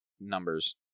numbers